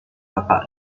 bapak